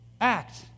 act